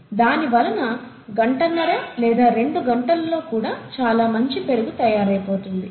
దాని వలన గంటన్నర లేదా రెండు గంటలలో కూడా చాలా మంచి పెరుగు తయారయిపోతుంది